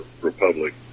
republic